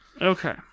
Okay